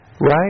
Right